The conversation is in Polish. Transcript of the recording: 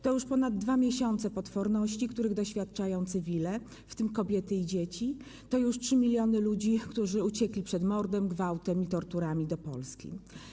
To już ponad 2 miesiące potworności, których doświadczają cywile, w tym kobiety i dzieci, to już 3 mln ludzi, którzy uciekli przed mordem, gwałtem i torturami do Polski.